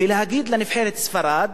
ולהגיד לנבחרת ספרד,